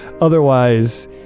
Otherwise